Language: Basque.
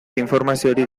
informaziorik